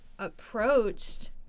approached